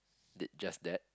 did just that